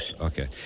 Okay